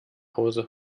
hause